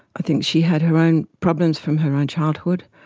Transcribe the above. i think she had her own problems from her own childhood.